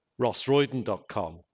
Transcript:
rossroyden.com